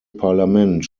parlament